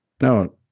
No